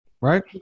Right